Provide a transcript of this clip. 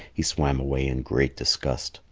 he swam away in great disgust,